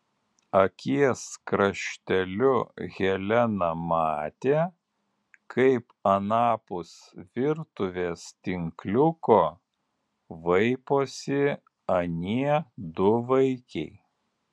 akies krašteliu helena matė kaip anapus virtuvės tinkliuko vaiposi anie du vaikiai